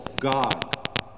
god